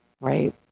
right